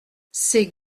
ces